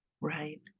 Right